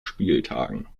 spieltagen